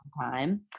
time